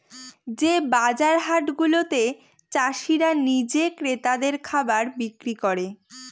যে বাজার হাট গুলাতে চাষীরা নিজে ক্রেতাদের খাবার বিক্রি করে